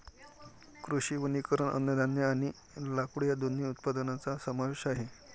कृषी वनीकरण अन्नधान्य आणि लाकूड या दोन्ही उत्पादनांचा समावेश आहे